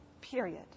Period